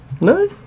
No